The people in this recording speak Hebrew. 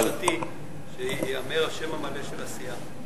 בקשתי שייאמר השם המלא של הסיעה.